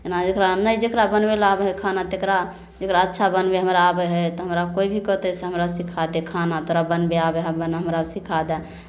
जेना जकरा नहि बनबै लए आबै हइ खाना तकरा जकरा अच्छा बनबै हमरा आबै हइ तऽ हमरा कोइ भी कहतै से हमरा सिखा दे खाना तोरा बनबे आबै हौ बना हमरा सिखा दए